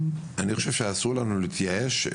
אני חושב שאסור לנו להתייאש,